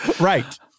Right